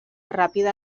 ràpida